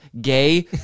gay